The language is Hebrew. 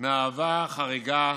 מהווה חריגה